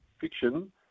fiction